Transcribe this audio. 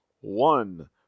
one